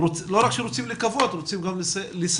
לא רק שרוצים לקוות אלא רוצים לסייע,